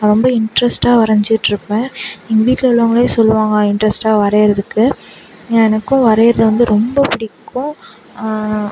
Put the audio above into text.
நான் ரொம்ப இன்ட்ரெஸ்டாக வரைஞ்சிட்ருப்பேன் எங்கள் வீட்டில் உள்ளவங்களே சொல்லுவாங்க இன்ட்ரெஸ்டாக வரைகிறதுக்கு எனக்கும் வரைகிறது வந்து ரொம்ப பிடிக்கும்